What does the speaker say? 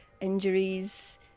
injuries